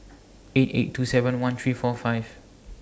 eight eight two seven one three four five